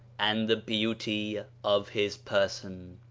and the beauty of his person.